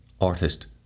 artist